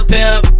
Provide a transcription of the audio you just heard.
Pimp